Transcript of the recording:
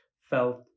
felt